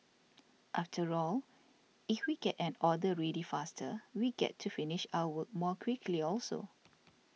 after all if we get an order ready faster we get to finish our work more quickly also